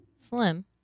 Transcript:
slim